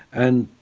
and